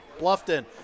Bluffton